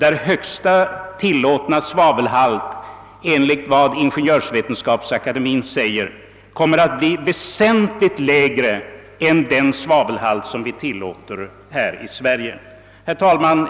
Enligt vad Ingeniörs vetenskapsakademien säger, kommer högsta tillåtna svavelhalt där att bli väsentligt lägre än den svavelhalt som vi tillåter här i Sverige. Herr talman!